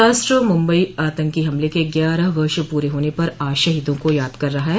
राष्ट्र मुम्बई आंतकी हमले के ग्यारह वर्ष पूरे होने पर आज शहीदों को याद कर रहा है